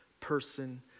person